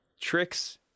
tricks